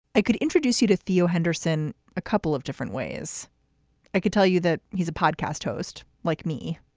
i could introduce you to theo henderson a couple of different ways i could tell you that. he's a podcast host like me.